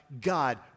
God